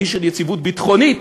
אי של יציבות ביטחונית,